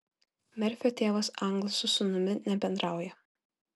merfio tėvas anglas su sūnumi nebendrauja